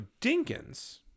dinkins